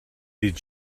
did